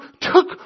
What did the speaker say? took